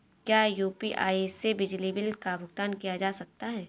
क्या यू.पी.आई से बिजली बिल का भुगतान किया जा सकता है?